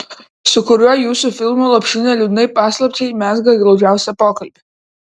su kuriuo jūsų filmu lopšinė liūdnai paslapčiai mezga glaudžiausią pokalbį